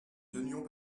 tenions